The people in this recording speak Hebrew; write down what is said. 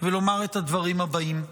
ולומר את הדברים הבאים: